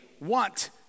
want